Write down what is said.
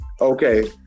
Okay